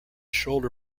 shoulder